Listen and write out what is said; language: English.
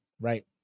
right